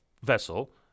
vessel